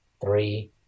three